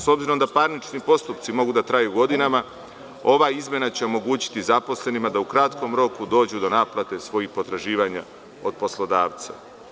S obzirom da parnični postupci mogu da traju godinama ova izmena će omogućiti zaposlenim da u kratkom roku dođu do naplate svojih potraživanja od poslodavca.